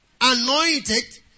anointed